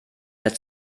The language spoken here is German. der